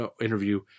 interview